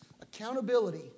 accountability